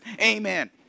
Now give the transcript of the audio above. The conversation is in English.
Amen